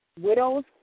widows